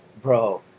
bro